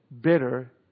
bitter